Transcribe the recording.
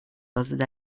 buzzard